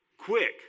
Quick